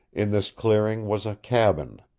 in this clearing was a cabin,